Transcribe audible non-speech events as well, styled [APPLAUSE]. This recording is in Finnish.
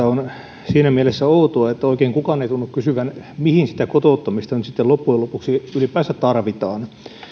[UNINTELLIGIBLE] on siinä mielessä outoa että oikein kukaan ei tunnu kysyvän mihin sitä kotouttamista nyt sitten loppujen lopuksi ylipäänsä tarvitaan